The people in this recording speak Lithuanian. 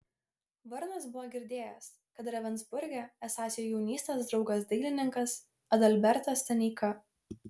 varnas buvo girdėjęs kad ravensburge esąs jo jaunystės draugas dailininkas adalbertas staneika